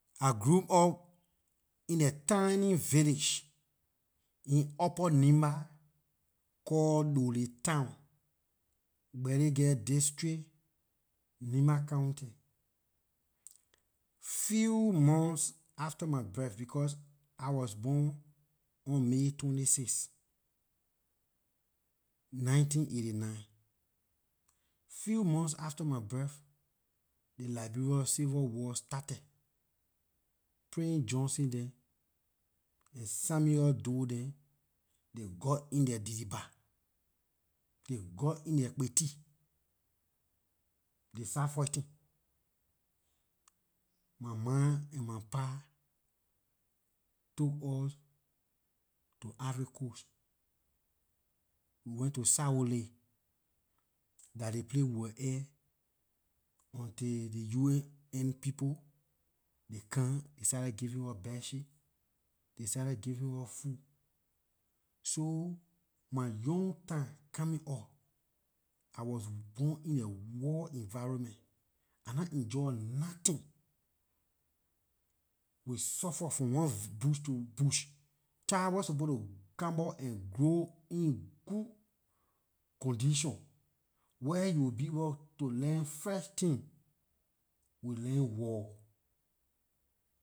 I grew up in a tiny village in upper nimba call dolley town, gbelegea district, nimba county. Few months after my birth, because I was born on may twenty- six nineteen eight- nine, few months after my birth the liberian civil war started. Prince johnson dem and samuel doe dem, they got in their dealibah, they got in their petit, they start fighting my ma and my pa took us to ivory coast, we went to siworley dah ley place we wor egg until the un- n people, they come they started giving us bedsheets they started giving us food so my young time coming up, I was born in a war environment. I nah enjoy nothing, we suffered from one bush to bush, child wer suppose to come up and grow in good condition, where you will be able to learn fresh thing, we learned war.